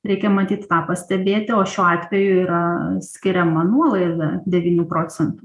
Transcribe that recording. reikia matyt tą pastebėti o šiuo atveju yra skiriama nuolaida devynių procentų